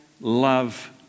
love